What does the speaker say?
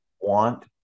want